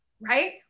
right